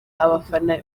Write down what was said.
abafana